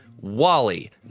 Wally